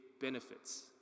benefits